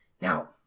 Now